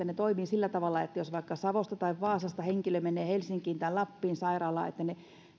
toimivan sillä tavalla että jos vaikka savosta tai vaasasta henkilö menee helsinkiin tai lappiin sairaalaan niin ne